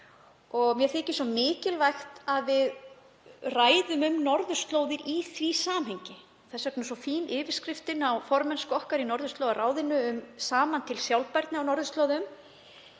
og mér þykir mikilvægt að við ræðum um norðurslóðir í því samhengi. Þess vegna er yfirskriftin á formennsku okkar í Norðurslóðaráðinu svo fín, „Saman til sjálfbærni á norðurslóðum“,